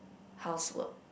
housework